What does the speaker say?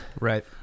right